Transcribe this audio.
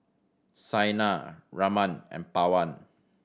Saina Raman and Pawan